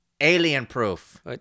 Alien-proof